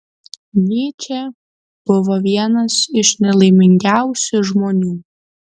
nyčė buvo vienas iš nelaimingiausių žmonių